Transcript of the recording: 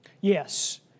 Yes